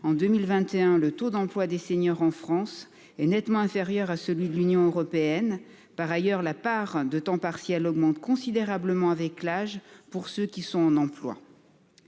en 2021, le taux d'emploi des seniors en France est nettement inférieur à celui de l'Union européenne. Par ailleurs, la part de temps partiel, augmente considérablement avec l'âge, pour ceux qui sont en emploi.